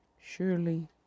Surely